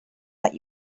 let